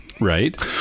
Right